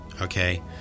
Okay